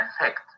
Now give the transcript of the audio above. effect